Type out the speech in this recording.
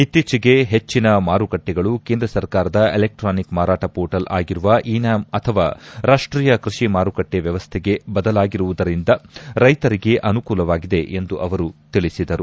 ಇತ್ತೀಚೆಗೆ ಹೆಚ್ಚಿನ ಮಾರುಕಟ್ಟೆಗಳು ಕೇಂದ್ರ ಸರ್ಕಾರದ ಎಲೆಕ್ಲಾನಿಕ್ ಮಾರಾಟ ಪೋರ್ಟಲ್ ಆಗಿರುವ ಇ ನಾಮ್ ಅಥವಾ ರಾಷ್ಟೀಯ ಕೃಷಿ ಮಾರುಕಟ್ಟೆ ವ್ಯವಸ್ಥೆಗೆ ಬದಲಾಗಿರುವುದರಿಂದ ೆರೈತರಿಗೆ ಅನುಕೂಲವಾಗಿದೆ ಎಂದು ಅವರು ತಿಳಿಸಿದರು